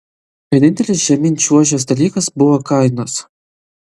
vienintelis žemyn čiuožęs dalykas buvo kainos